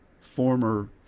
former